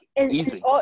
Easy